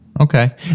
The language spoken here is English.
Okay